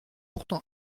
pourtant